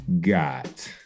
got